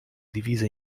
divise